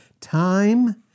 time